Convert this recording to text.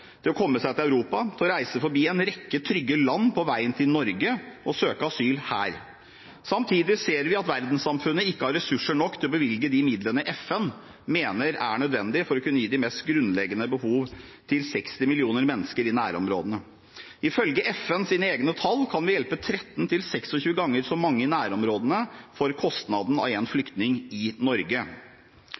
til å komme seg til Europa, reise forbi en rekke trygge land på veien til Norge og søke asyl her. Samtidig ser vi at verdenssamfunnet ikke har ressurser nok til å bevilge de midlene FN mener er nødvendig for å kunne dekke de mest grunnleggende behov hos 60 millioner mennesker i nærområdene. Ifølge FNs egne tall kan vi hjelpe 13–26 ganger så mange i nærområdene for kostnaden av én flyktning i Norge.